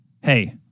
hey